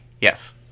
Yes